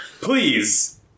Please